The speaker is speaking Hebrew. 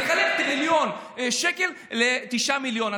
תחלק טריליון שקל ל-9 מיליון,